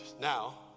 Now